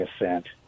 ascent